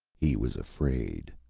he was afraid.